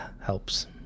helps